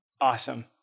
Awesome